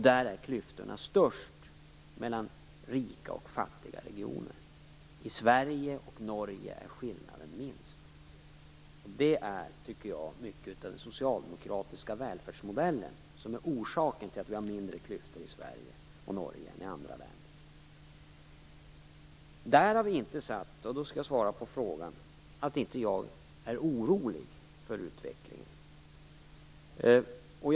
Där är klyftorna störst mellan rika och fattiga regioner. I Sverige och Norge är skillnaden minst. Det är i mycket den socialdemokratiska välfärdsmodellen som är orsaken till att vi har mindre klyftor i Sverige och i Norge än i andra länder. Därmed inte sagt - som ett svar på frågan - att jag inte är orolig för utvecklingen.